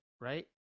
right